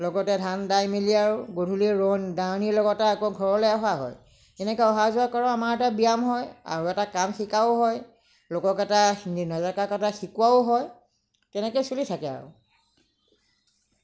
লগতে ধান দাই মেলি লৈ আৰু গধূলি ৰোৱনী দাৱনীৰ লগতে আকৌ ঘৰলৈ অহা হয় এনেকৈ অহা যোৱা কৰা আমাৰ এটা ব্যায়াম হয় আৰু এটা কাম শিকাও হয় লগৰকেইটা শিকোৱাও হয় তেনেকৈ চলি থাকে আৰু